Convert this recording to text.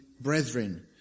brethren